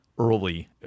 early